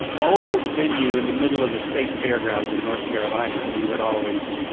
old venue in the middle of the state fairgrounds in north carolina that we would always,